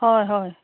হয় হয়